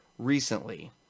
recently